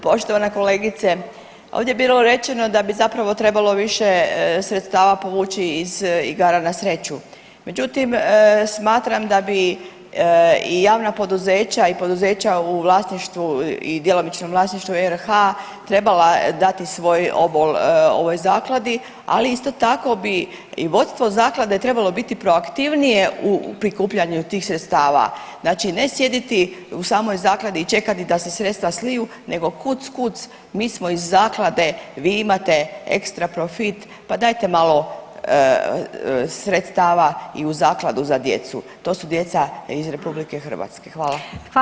Poštovana kolegice, ovdje je bilo rečeno da bi zapravo trebalo više sredstava povući iz igara na sreću, međutim smatram da bi i javna poduzeća i poduzeća u vlasništvu i djelomičnom vlasništvu RH trebala dati svoj obol ovoj zakladi, ali isto tako bi i vodstvo zaklade trebalo biti proaktivnije u prikupljanju tih sredstava, znači ne sjediti u samoj zakladi i čekati da se sredstva sliju nego kuc, kuc, mi smo iz zaklade, vi imate ekstra profit, pa dajte malo sredstava i u zakladu za djecu, to su djeca iz RH, hvala.